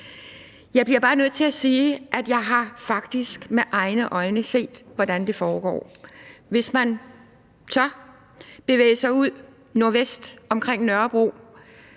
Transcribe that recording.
Jeg bliver bare nødt til at sige, at jeg faktisk med egne øjne har set, hvordan det foregår. Hvis man tør bevæge sig ud nordvest omkring Nørrebro,